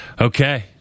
Okay